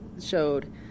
showed